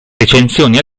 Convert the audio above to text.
recensioni